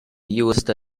used